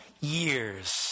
years